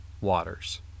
waters